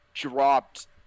dropped